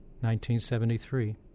1973